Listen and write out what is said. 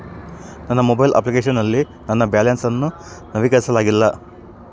ನನ್ನ mobile application ನಲ್ಲಿ ನನ್ನ ಬ್ಯಾಲೆನ್ಸ್ ಅನ್ನು ನವೀಕರಿಸಲಾಗಿಲ್ಲ